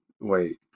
wait